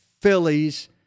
Phillies